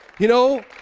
you know,